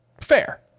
fair